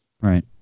Right